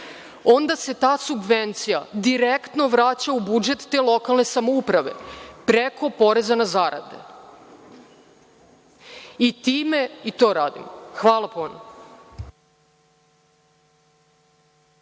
onda se ta subvencija direktno vraća u budžet te lokalne samouprave preko poreza na zarade i time i to radimo. Hvala